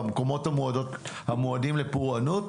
במקומות המועדים לפורענות,